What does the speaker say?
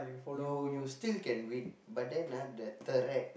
you you still can win but then ah the turret